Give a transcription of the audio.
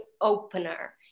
opener